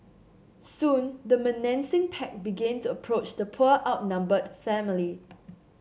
soon the menacing pack began to approach the poor outnumbered family